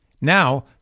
Now